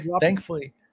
Thankfully